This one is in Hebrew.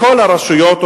לכל הרשויות,